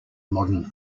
modern